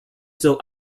still